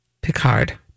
Picard